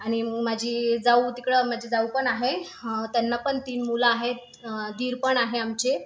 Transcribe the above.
आणि माझी जाऊ तिकडे माझी जाऊ पण आहे त्यांना पण तीन मुलं आहेत दीर पण आहे आमचे